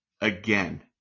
again